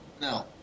No